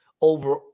over